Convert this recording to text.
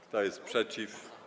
Kto jest przeciw?